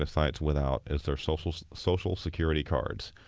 ah sites without is their social social security cards.